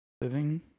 living